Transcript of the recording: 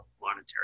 monetary